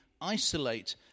isolate